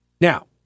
Now